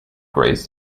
agrees